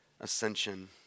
ascension